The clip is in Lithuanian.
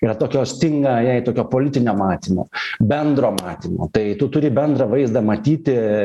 yra tokio stinga jai tokio politinio matymo bendro matymo tai tu turi bendrą vaizdą matyti